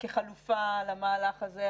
כחלופה למהלך הזה,